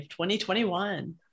2021